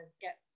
get